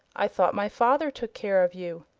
i thought my father took care of you.